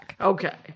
okay